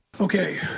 Okay